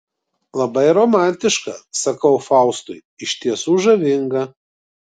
labai romantiška sakau faustui iš tiesų žavinga